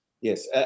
yes